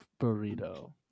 burrito